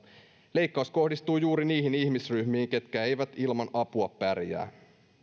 leikkaus kohdistuu juuri niihin ihmisryhmiin jotka eivät ilman apua pärjää